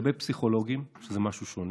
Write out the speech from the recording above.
לגבי פסיכולוגים, שזה משהו שונה,